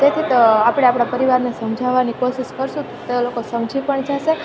તેથી આપણે આપણા પરિવારને સમજાવાની કોશિશ કરીશું તો એ લોકો સમજી પણ જશે